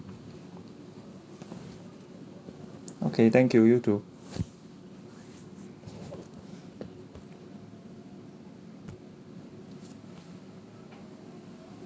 okay thank you you too